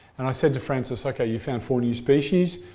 and i said to frances, okay, you found four new species.